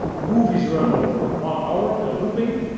the movie is run over one hour. they're looping.